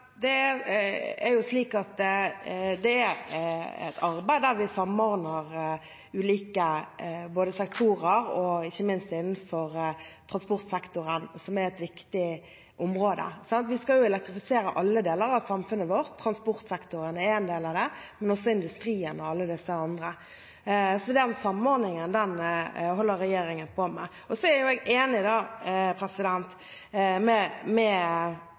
Det er slik at det er et arbeid der vi samordner ulike sektorer, ikke minst innenfor transportsektoren, som er et viktig område. Vi skal jo elektrifisere alle deler av samfunnet vårt. Transportsektoren er en del av det, men også industrien og alle disse andre. Så den samordningen holder regjeringen på med. Jeg er enig med representanten Elvestuen i